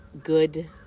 good